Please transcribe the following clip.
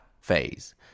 phase